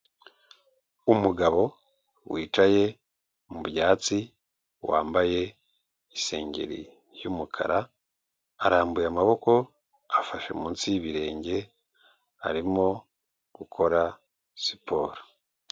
Umugabo wicaye mu byatsi wambaye isengeri y'umukara, arambuye amaboko, afashe munsi y'ibirenge, arimo gukora siporo.